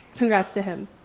congrats to him.